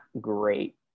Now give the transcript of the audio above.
great